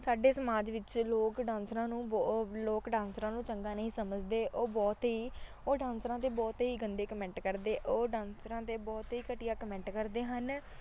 ਸਾਡੇ ਸਮਾਜ ਵਿੱਚ ਲੋਕ ਡਾਂਸਰਾਂ ਨੂੰ ਬਹੁ ਲੋਕ ਡਾਂਸਰਾਂ ਨੂੰ ਚੰਗਾ ਨਹੀਂ ਸਮਝਦੇ ਉਹ ਬਹੁਤ ਹੀ ਉਹ ਡਾਂਸਰਾਂ 'ਤੇ ਬਹੁਤ ਹੀ ਗੰਦੇ ਕਮੈਂਟ ਕਰਦੇ ਉਹ ਡਾਂਸਰਾਂ ਦੇ ਬਹੁਤ ਹੀ ਘਟੀਆ ਕਮੈਂਟ ਕਰਦੇ ਹਨ